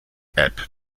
app